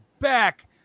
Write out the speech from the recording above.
Back